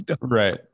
Right